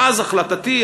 ואז החלטתי,